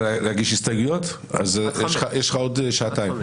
אז יש לך עוד שעתיים.